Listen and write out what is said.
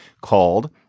called